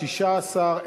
16,